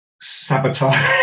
sabotage